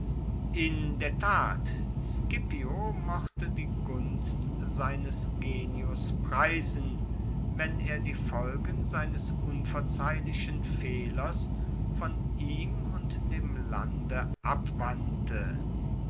in der tat scipio mochte die gunst seines genius preisen wenn er die folgen seines unverzeihlichen fehlers von ihm und dem lande abwandte